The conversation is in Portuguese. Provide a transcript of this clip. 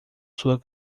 sua